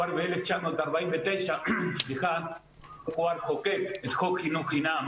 כבר ב-1949 הוא חוקק את חוק חינוך חינם